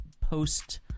post